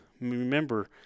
Remember